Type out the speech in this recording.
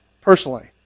personally